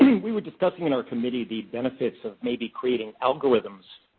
we were discussing in our committee the benefits of maybe creating algorithms,